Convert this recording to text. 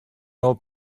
old